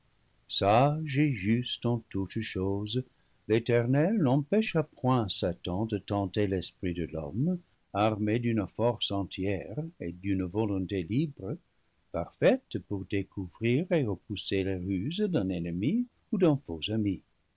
sage et juste en toutes choses l'éternel n'empêcha point satan de tenter l'esprit de l'homme armé d'une force entière et d'une volonté libre parfaites pour découvrir et repousser les ruses d'un ennemi ou d'un faux ami